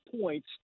points